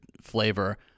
flavor